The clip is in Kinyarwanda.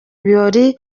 birori